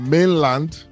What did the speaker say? Mainland